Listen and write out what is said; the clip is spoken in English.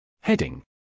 Heading